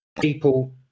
People